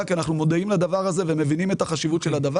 כי אנחנו מודעים לדבר הזה ומבינים את חשיבותו.